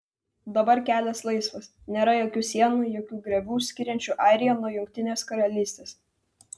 dabar kelias laisvas nėra jokių sienų jokių griovių skiriančių airiją nuo jungtinės karalystės